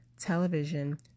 Television